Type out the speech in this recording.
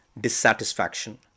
dissatisfaction